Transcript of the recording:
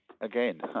again